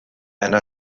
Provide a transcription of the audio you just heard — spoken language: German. einer